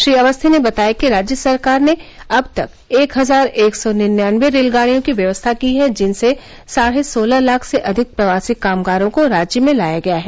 श्री अवस्थी ने बताया कि राज्य सरकार ने अब तक एक हजार एक सौ निन्यानते रेलगाड़ियों की व्यवस्था की है जिनसे साढ़े सोलह लाख से अधिक प्रवासी कामगारों को राज्य में लाया गया है